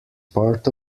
part